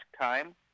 time